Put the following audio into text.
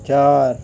चार